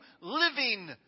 living